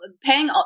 paying